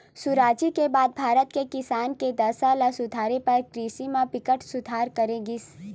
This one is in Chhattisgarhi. सुराजी के बाद भारत के किसान के दसा ल सुधारे बर कृषि म बिकट सुधार करे गिस